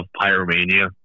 pyromania